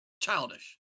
Childish